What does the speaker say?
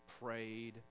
prayed